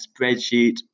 spreadsheet